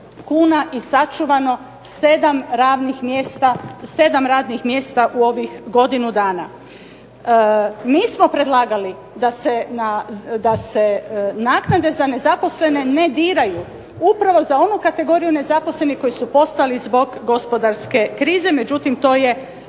i sačuvano 7 radnih mjesta u ovih godinu dana. Mi smo predlagali da se naknade za nezaposlene ne diraju upravo za onu kategoriju nezaposlenih koji su postali zbog gospodarske krize. Međutim, to je